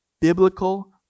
biblical